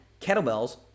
kettlebells